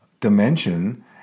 dimension